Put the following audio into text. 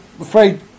afraid